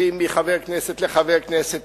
הולכים מחבר כנסת לחבר כנסת,